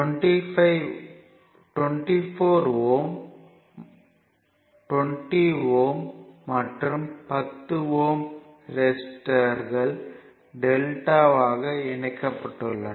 24 ohm 20 ohm மற்றும் 10 ohm ரெசிஸ்டர்கள் delta வாக இணைக்கப்பட்டுள்ளன